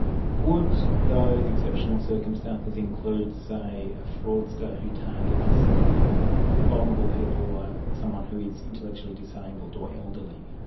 would those exceptional circumstances include, say, a fraudster who targets vulnerable people like someone who is intellectually disabled or elderly?